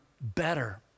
better